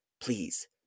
please